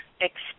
Expect